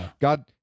God